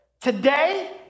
Today